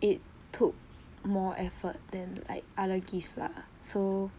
it took more effort than like other gift lah so